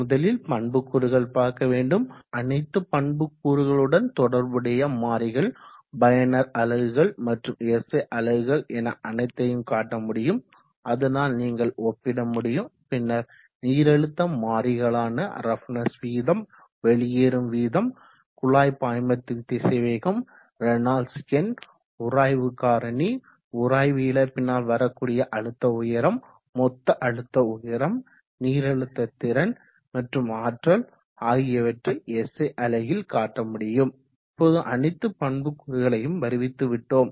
முதலில் பண்புக்கூறுகள் பார்க்க வேண்டும் அனைத்து பண்புக்கூறுகளுடன் தொடர்புடைய மாறிகள் பயனர்கள் அலகுகள் மற்றும் SI அலகுகள் என அனைத்தையும் காட்ட முடியும் அதனால் நீங்கள் ஒப்பிட முடியும் பின்னர் நீரழுத்த மாறிகளான ரஃப்னஸ் விகிதம் வெளியேறும் வீதம் குழாய் பாய்மத்தின் திசைவேகம் ரேனால்ட்ஸ் எண் உராய்வு காரணி உராய்வு இழப்பினால் வரக்கூடிய அழுத்த உயரம் மொத்த அழுத்த உயரம் நீரழுத்த திறன் மற்றும் ஆற்றல் ஆகியவற்றை SI அலகில் காட்ட முடியும் இப்போது அனைத்து பண்புக்கூறுகளையும் வருவித்து விட்டோம்